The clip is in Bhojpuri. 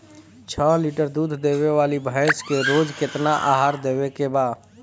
छह लीटर दूध देवे वाली भैंस के रोज केतना आहार देवे के बा?